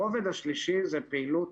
הרובד השלישי זה פעילות